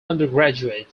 undergraduate